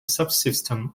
subsystem